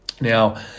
now